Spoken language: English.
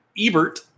Ebert